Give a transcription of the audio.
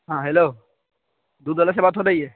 ہاں ہیلو دودھ والو سے بات ہو رہی ہے